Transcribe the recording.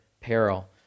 peril